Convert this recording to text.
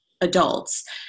adults